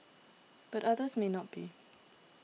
but others may not be